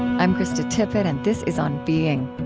i'm krista tippett, and this is on being.